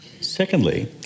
Secondly